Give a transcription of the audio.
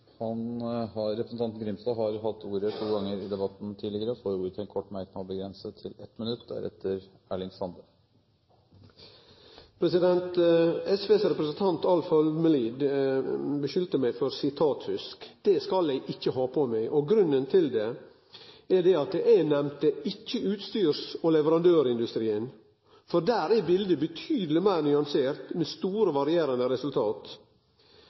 får ordet til en kort merknad, begrenset til 1 minutt. SVs representant Alf Egil Holmelid skulda meg for sitatfusk. Det skal eg ikkje ha på meg. Grunnen er at eg ikkje nemnde utstyrs- og leverandørindustrien, for der er biletet betydeleg meir nyansert, med store, varierande resultat.